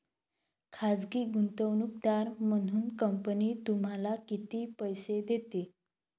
खाजगी गुंतवणूकदार म्हणून कंपनी तुम्हाला किती पैसे देते?